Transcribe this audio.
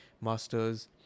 master's